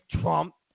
Trump